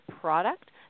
product